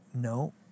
no